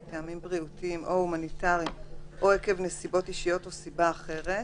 מטעמים בריאותיים או הומניטריים או עקב נסיבות אישיות או סיבה אחרת,